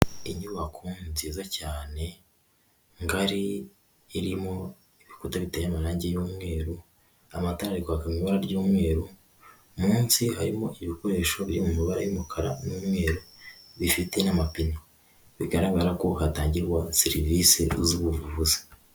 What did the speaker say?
Inyubako nziza cyane, ngari, irimo ibikuta biteye amarangi y'umweru, amatara ari kwaka mu ibara ry'umweru, munsi harimo ibikoresho byo mu mabara y'umukara n'umweru, bifite n'amapine, bigaragara ko hatangirwa serivisi z'ubuvuzi.